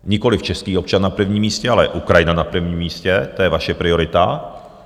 Nikoliv český občan na prvním místě, ale Ukrajina na prvním místě, to je vaše priorita.